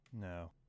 No